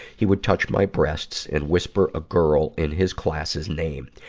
he would touch my breasts and whisper a girl in his class's name.